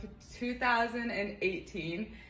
2018